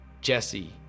Jesse